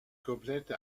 komplette